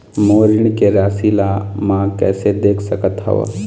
मोर ऋण के राशि ला म कैसे देख सकत हव?